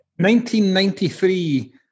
1993